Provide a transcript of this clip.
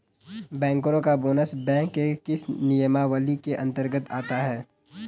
बैंकरों का bonus bank के किस नियमावली के अंतर्गत आता है?